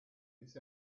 this